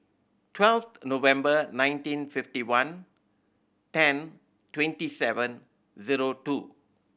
twelve November nineteen fifty one ten twenty seven zero two